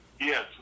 Yes